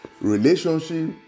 Relationship